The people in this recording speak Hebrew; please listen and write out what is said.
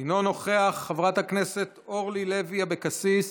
אינו נוכח, חברת הכנסת אורלי לוי אבקסיס,